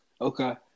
okay